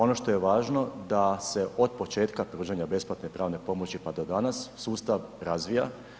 Ono što je važno da se od početka pružanja besplatne pravne pomoći pa do danas sustav razvija.